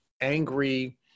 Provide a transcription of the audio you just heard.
angry